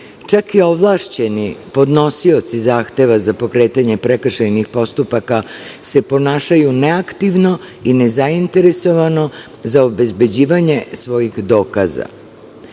Čak i ovlašćeni podnosioci zahteva za pokretanje prekršajnih postupaka se ponašaju neaktivno i nezainteresovano za obezbeđivanje svojih